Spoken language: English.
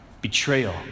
Betrayal